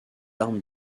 armes